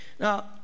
Now